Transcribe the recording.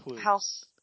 House